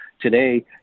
Today